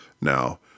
Now